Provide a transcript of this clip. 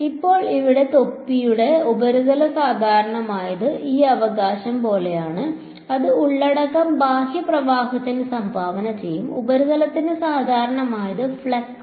ഇപ്പോൾ ഇവിടെ തൊപ്പിയുടെ ഉപരിതല സാധാരണമായത് ഈ അവകാശം പോലെയാണ് അതാണ് ഉള്ളടക്കം ബാഹ്യ പ്രവാഹത്തിന് സംഭാവന ചെയ്യും ഉപരിതലത്തിന് സാധാരണമായത് ഫ്ലക്സ് ആണ്